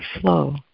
flow